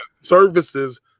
services